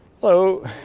Hello